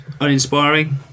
Uninspiring